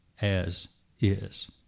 as-is